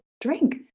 drink